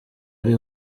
ari